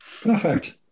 Perfect